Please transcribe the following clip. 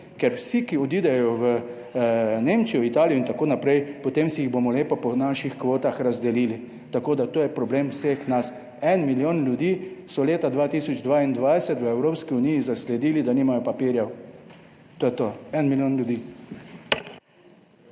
ker vsi, ki odidejo v Nemčijo, Italijo in tako naprej, potem si jih bomo lepo po naših kvotah razdelili. Tako, da to je problem vseh nas. En milijon ljudi so leta 2022 v Evropski uniji zasledili, da nimajo papirjev. To je to. 1 milijon ljudi.